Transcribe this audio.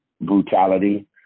brutality